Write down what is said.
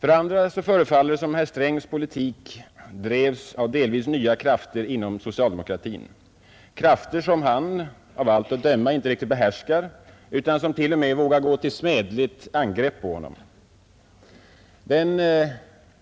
För det andra förefaller det som om herr Strängs politik drevs av delvis nya krafter inom socialdemokratin, krafter som han av allt att döma inte riktigt behärskar utan som till och med vågar gå till smädligt angrepp på honom. Den